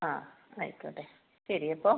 ആ ആയിക്കോട്ടെ ശരി അപ്പോൾ